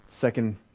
second